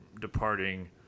departing